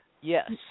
yes